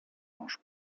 mąż